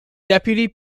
deputy